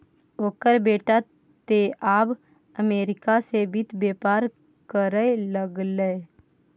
ओकर बेटा तँ आब अमरीका सँ वित्त बेपार करय लागलै